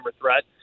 threat